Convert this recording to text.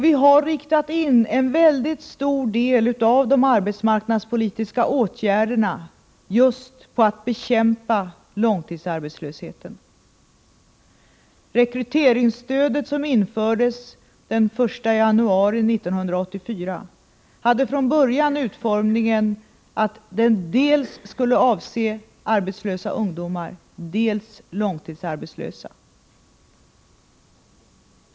Vi har riktat in en mycket stor del av de arbetsmarknadspolitiska åtgärderna just på att bekämpa långtidsarbetslösheten. Rekryteringsstödet, som infördes den 1 januari 1984, hade från början den utformningen att det skulle dels avse arbetslösa ungdomar, dels långtidsarbetslösa.